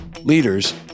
Leaders